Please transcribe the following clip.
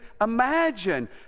imagine